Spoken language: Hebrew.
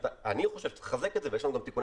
ואני חושב שצריך לחזק את זה ויש לנו גם תיקוני